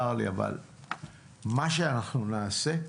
צר לי אבל מה שאנחנו נעשה,